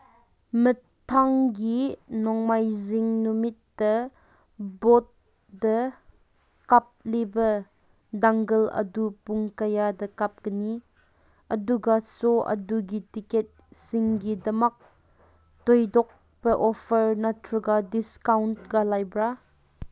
ꯃꯊꯪꯒꯤ ꯅꯣꯡꯃꯥꯏꯖꯤꯡ ꯅꯨꯃꯤꯠꯇ ꯕꯣꯠꯇ ꯀꯥꯞꯂꯤꯕ ꯗꯪꯒꯜ ꯑꯗꯨ ꯄꯨꯡ ꯀꯌꯥꯗ ꯀꯥꯞꯀꯅꯤ ꯑꯗꯨꯒ ꯁꯣ ꯑꯗꯨꯒꯤ ꯇꯤꯀꯦꯠꯁꯤꯡꯒꯤꯗꯃꯛ ꯊꯣꯏꯗꯣꯛꯄ ꯑꯣꯐꯔ ꯅꯠꯇ꯭ꯔꯒ ꯗꯤꯁꯀꯥꯎꯟꯀ ꯂꯩꯕ꯭ꯔꯥ